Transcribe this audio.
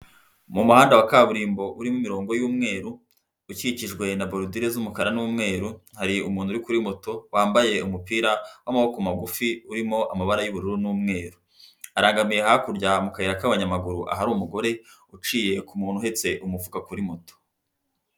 Mu muhanda wa kaburimbo urimo imirongo y'umweru, ukikijwe na borodire z'umukara n'umweru, hari umuntu uri kuri moto wambaye umupira w'amaboko magufi urimo amabara y'ubururu n'umweru, arangamiye hakurya mu kayira k'abanyamaguru, ahari umugore uciye ku muntu uhetse umufuka kuri moto.